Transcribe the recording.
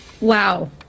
Wow